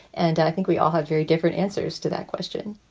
and i think we all have very different answers to that question.